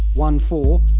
onefour,